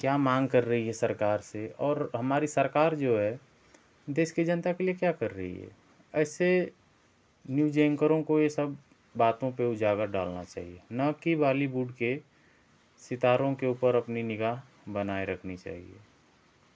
क्या मांग कर रही है सरकार से और हमारी सरकार जो है देश की जनता के लिए क्या कर रही है ऐसे न्यूज एंकरों को ये सब बातों पर उजाला डालना चाहिए न कि बालीवुड के सितारों के ऊपर अपनी निगाह बनाए रखनी चाहिए